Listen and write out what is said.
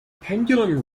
pendulum